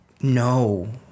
no